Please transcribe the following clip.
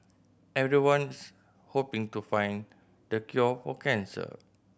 everyone's hoping to find the cure for cancer